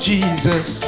Jesus